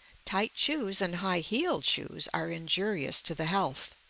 tight shoes and high-heeled shoes are injurious to the health.